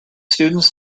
students